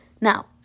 Now